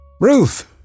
Ruth